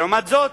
לעומת זאת,